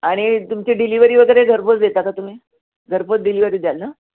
आणि तुमची डिलिवरी वगैरे घरपोच देता का तुम्ही घरपोच डिलिवरी द्याल ना